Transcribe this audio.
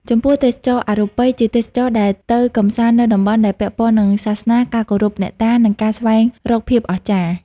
ចំពោះ ទេសចរណ៍អរូបី ជាទេសចរដែលទៅកំសាន្តនៅតំបន់ដែលពាក់ព័ន្ធនឹងសាសនា ការគោរពអ្នកតា និងការស្វែងរកភាពអស្ចារ្យ។